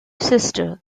sister